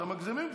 אתם מגזימים קצת.